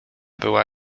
była